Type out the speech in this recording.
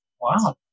Wow